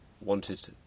wanted